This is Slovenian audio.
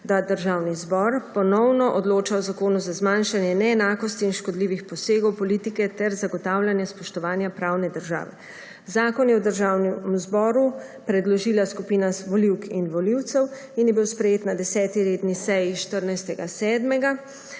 da Državni zbor ponovno odloča o Zakonu za zmanjšanje neenakosti in škodljivih posegov politike ter zagotavljanja spoštovanja pravne države. Zakon je Državnemu zboru predložila skupina volivk in volivcev in je bil sprejet na 10. redni seji 14.